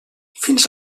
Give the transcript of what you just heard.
fins